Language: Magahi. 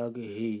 लगहई?